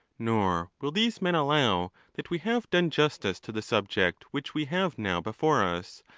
nor will these men allow that we have done justice to the subject which we have now before us,